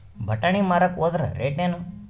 ಬಟಾನಿ ಮಾರಾಕ್ ಹೋದರ ರೇಟೇನು?